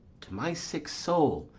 to my sick soul,